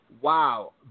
Wow